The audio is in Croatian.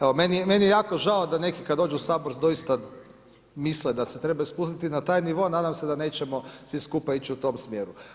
Evo meni je jako žao da neki kada dođu u Sabor doista misle da se treba spustiti na taj nivo, nadam se da nećemo svi skupa ići u tom smjeru.